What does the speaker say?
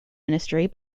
ministry